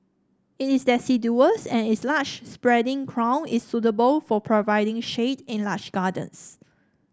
it is deciduous and its large spreading crown is suitable for providing shade in large gardens